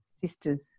sister's